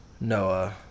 noah